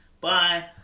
Bye